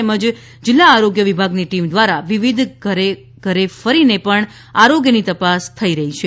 તેમજ જિલ્લા આરોગ્ય વિભાગની ટીમ દ્વારા વિવિધ ઘરે ઘરે ફરી આરોગ્યની તપાસ પણ થઈ રહી છે